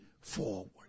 forward